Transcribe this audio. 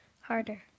harder